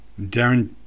Darren